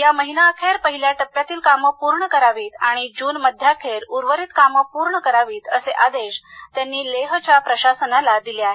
या महिनाअखेर पहिल्या टप्प्यातील काम पूर्ण करावीत आणि जून मध्याखेर उर्वरीत कामं पूर्ण करावीत असे आदेश त्यांनी लेहच्या प्रशासनाला दिले आहेत